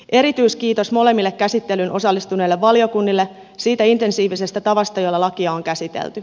erityiskiitos molemmille käsittelyyn osallistuneille valiokunnille siitä intensiivisestä tavasta jolla lakia on käsitelty